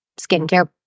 skincare